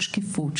של שקיפות,